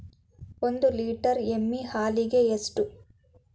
ಒಂದು ಲೇಟರ್ ಎಮ್ಮಿ ಹಾಲಿಗೆ ಎಷ್ಟು?